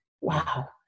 wow